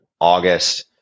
August